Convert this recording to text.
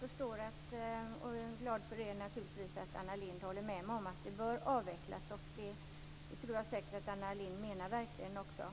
Fru talman! Jag är glad att Anna Lindh håller med mig om att dessa ämnen bör avvecklas. Jag tror säkert att hon verkligen menar det också.